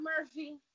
Murphy